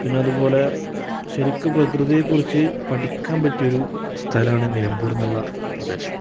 പിന്നെ അതുപോലെ ശരിക്കും പ്രകൃതിയേക്കുറിച്ച് പഠിക്കാൻ പറ്റിയൊരു സ്ഥലമാണ് നിലമ്പൂരെന്നുള്ള പ്രേദേശം